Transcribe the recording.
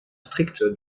strict